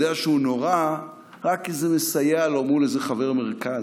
שהוא נורא רק כי זה מסייע לו מול איזה חבר מרכז.